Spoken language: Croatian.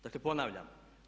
Dakle, ponavljam.